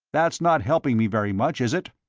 that's not helping me very much, is it?